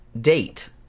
date